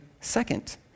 second